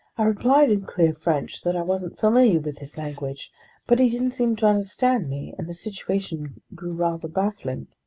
i replied in clear french that i wasn't familiar with his language but he didn't seem to understand me, and the situation grew rather baffling.